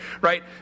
right